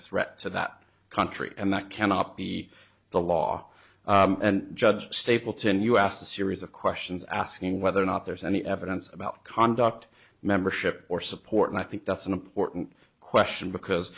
threat to that country and that cannot be the law and judge stapleton you asked a series of questions asking whether or not there's any evidence about conduct membership or support and i think that's an important question because